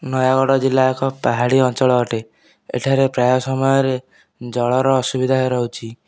ନୟାଗଡ଼ ଜିଲ୍ଲା ଏକ ପାହାଡ଼ି ଅଞ୍ଚଳ ଅଟେ ଏଠାରେ ପ୍ରାୟ ସମୟରେ ଜଳର ଅସୁବିଧା ରହୁଛି